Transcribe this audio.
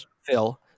Phil